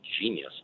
genius